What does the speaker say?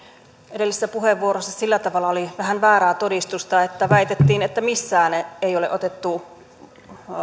edellisessä puheenvuorossa sillä tavalla oli vähän väärää todistusta että väitettiin että missään ei ole otettu